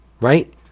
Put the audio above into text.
Right